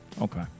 Okay